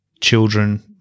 children